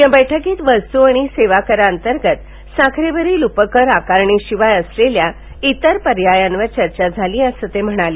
या बैठकीत वस्तू आणि सेवाकरातर्गत साखरेवरील उपकर आकारणीशिवाय असलेल्या इतर पर्यायावर चर्चा झाली असं ते म्हणाले